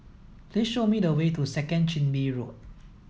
please show me the way to Second Chin Bee Road